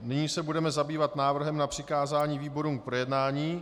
Nyní se budeme zabývat návrhem na přikázání výborům k projednání.